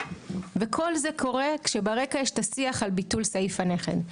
וכל זה קורה כשברקע השיח על ביטול סעיף הנכד.